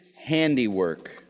handiwork